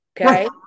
okay